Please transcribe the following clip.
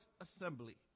assembly